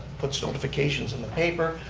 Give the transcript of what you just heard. puts notifications in the paper,